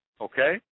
okay